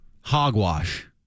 hogwash